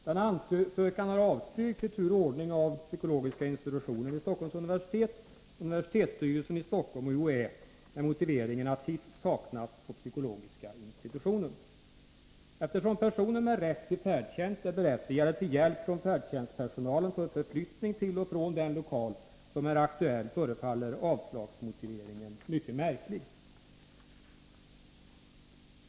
Denna ansökan har avstyrkts i tur och ordning av psykologiska institutionen vid Stockholms universitet, universitetsstyrelsen i Stockholm och UHÄ med motiveringen att hiss saknas på psykologiska institutionen. Eftersom personer med rätt till färdtjänst är berättigade till hjälp från färdtjänstpersonalen för förflyttning till och från den lokal som är aktuell, förefaller avslagsmotiveringen mycket märklig.